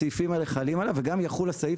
הסעיפים האלה חלים עליו וגם יחול הסעיף,